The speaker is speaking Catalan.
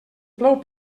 plou